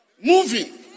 moving